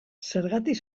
zergatik